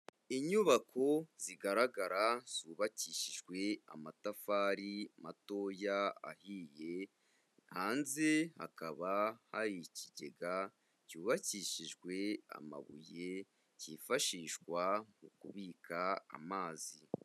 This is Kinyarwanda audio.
Inyubako zigaragara zubakishijwe amatafari matoya ahiye, hanze hakaba hari ikigega cyubakishijwe amabuye, cyifashishwa mu kubika amazi.